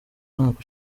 mwaka